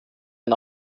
ein